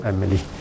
Emily